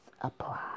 apply